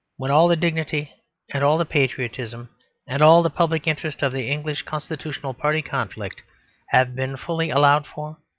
when all the dignity and all the patriotism and all the public interest of the english constitutional party conflict have been fully allowed for,